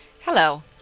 Hello